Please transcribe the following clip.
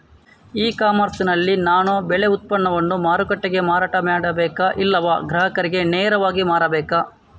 E commerce ನಲ್ಲಿ ನಾನು ಬೆಳೆ ಉತ್ಪನ್ನವನ್ನು ಮಾರುಕಟ್ಟೆಗೆ ಮಾರಾಟ ಮಾಡಬೇಕಾ ಇಲ್ಲವಾ ಗ್ರಾಹಕರಿಗೆ ನೇರವಾಗಿ ಮಾರಬೇಕಾ?